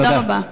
תודה רבה.